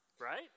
Right